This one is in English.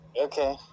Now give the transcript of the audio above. Okay